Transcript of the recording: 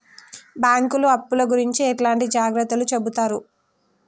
బ్యాంకులు అప్పుల గురించి ఎట్లాంటి జాగ్రత్తలు చెబుతరు?